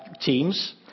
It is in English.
teams